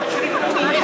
זה בשביל שיביאו קפה?